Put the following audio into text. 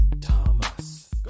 Thomas